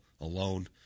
alone